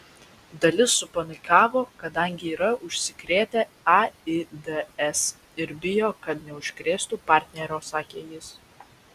dalis supanikavo kadangi yra užsikrėtę aids ir bijo kad neužkrėstų partnerio sakė jis